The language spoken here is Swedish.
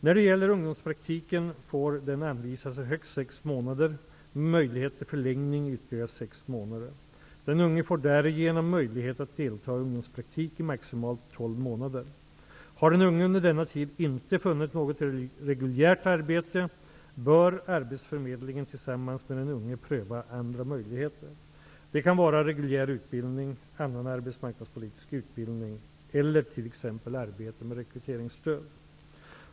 När det gäller ungdomspraktiken får den anvisas i högst sex månader, med möjlighet till förlängning i ytterligare sex månader. Den unge får därigenom möjlighet att delta i ungdomspraktik i maximalt tolv månader. Har den unge under denna tid inte funnit något reguljärt arbete, bör arbetsförmedlingen tillsammans med den unge pröva andra möjligheter. Det kan vara reguljär utbildning, annan arbetsmarknadspolitisk utbildning eller t.ex. arbete med rekryteringsstöd.